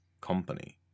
company